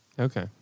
Okay